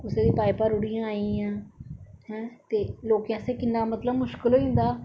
कुसै दी पाइपां रुढ़ियै आइयां हैं ते लोकें आश्तै किन्ना मतलब मुश्किल होई जंदा